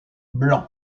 blanc